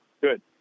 Good